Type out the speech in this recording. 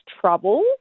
trouble